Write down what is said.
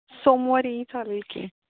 सोमवारी चालेल की